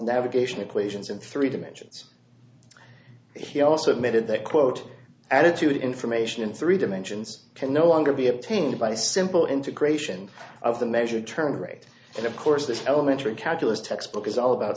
navigation equations in three dimensions he also admitted that quote altitude information in three dimensions can no longer be obtained by simple integration of the measured term rate and of course the elementary calculus textbook is all about